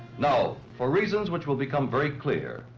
now, for reasons which will become very clear,